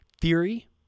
Theory